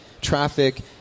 traffic